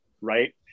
right